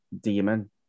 demon